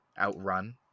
outrun